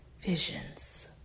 visions